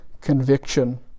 conviction